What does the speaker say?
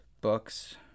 books